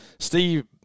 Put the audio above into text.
Steve